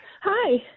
Hi